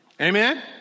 Amen